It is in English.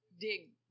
dig